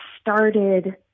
started